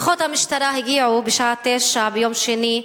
כוחות המשטרה הגיעו בשעה 09:00, ביום שני,